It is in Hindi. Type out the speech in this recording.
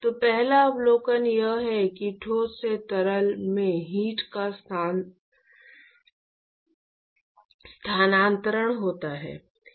तो पहला अवलोकन यह है कि ठोस से तरल में हीट का स्थानांतरण होता है